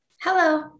Hello